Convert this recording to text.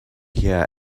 here